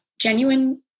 genuine